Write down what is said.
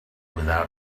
without